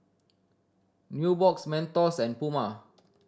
Nubox Mentos and Puma